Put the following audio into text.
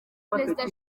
perezida